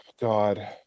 God